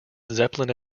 zeppelin